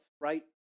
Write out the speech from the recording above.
right